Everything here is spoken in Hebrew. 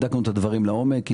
בדקנו את הדברים לעומק.